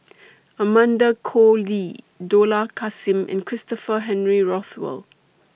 Amanda Koe Lee Dollah Kassim and Christopher Henry Rothwell